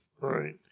Right